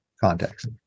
context